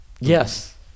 Yes